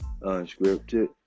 Unscripted